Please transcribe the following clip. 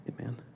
Amen